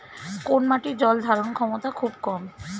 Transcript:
কোন মাটির জল ধারণ ক্ষমতা খুব কম?